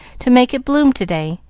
to make it bloom to-day.